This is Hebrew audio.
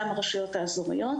לרשויות האזוריות,